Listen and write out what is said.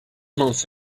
months